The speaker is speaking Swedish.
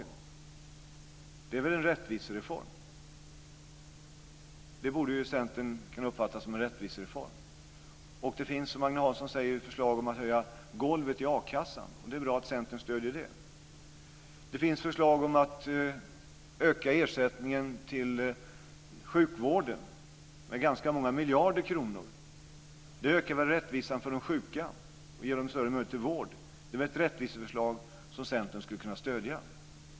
Det är väl en rättvisereform. Det borde Centern kunna uppfatta som en rättvisereform. Det finns, som Agne Hansson säger, ett förslag om att höja golvet i a-kassan. Det är bra att Centern stöder det. Det finns förslag om att öka ersättningen till sjukvården med ganska många miljarder kronor. Det ökar väl rättvisan för de sjuka och ger dem större möjligheter till vård? Det är väl ett rättviseförslag som Centern skulle kunna stödja?